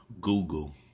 Google